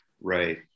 Right